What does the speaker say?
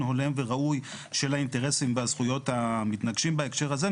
הולם וראוי של האינטרסים והזכויות המתנגשים בהקשר הזה,